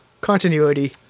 continuity